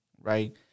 right